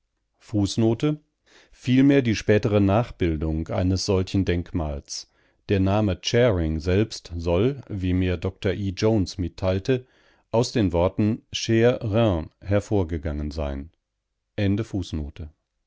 vielmehr die spätere nachbildung eines solchen denkmals der name charing selbst soll wie mir dr e jones mitteilte aus den worten chre reine hervorgegangen sein